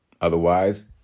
Otherwise